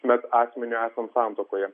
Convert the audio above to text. bet asmeniui esant santuokoje